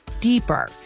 deeper